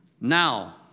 Now